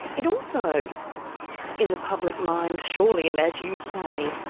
it also in the public mind surely, and as you say,